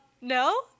No